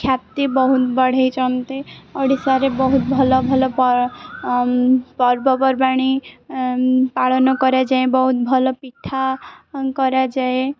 ଖ୍ୟାତି ବହୁତ ବଢ଼େଇଛନ୍ତି ଓଡ଼ିଶାରେ ବହୁତ ଭଲ ଭଲ ପର୍ବପର୍ବାଣି ପାଳନ କରାଯାଏ ବହୁତ ଭଲ ପିଠା କରାଯାଏ